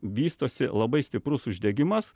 vystosi labai stiprus uždegimas